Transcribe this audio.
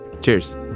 Cheers